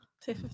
Say